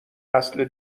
نسل